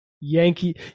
yankee